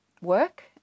work